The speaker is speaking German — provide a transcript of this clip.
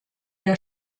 der